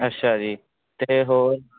ਅੱਛਾ ਜੀ ਅਤੇ ਹੋਰ